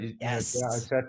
Yes